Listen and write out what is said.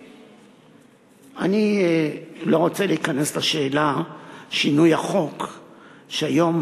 אני לא רוצה להיכנס לשאלה של שינוי החוק שהיום,